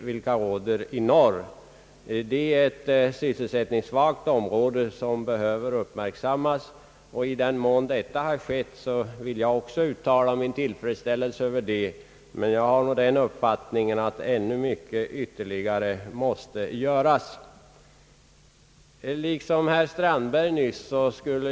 Norra delen av Kalmar län är ett sysselsättningssvagt område som behöver uppmärksammas, och i den mån detta har skett vill jag också uttala min tillfredsställelse över det, men jag har den uppfattningen att ännu mycket ytterligare måste göras.